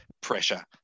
pressure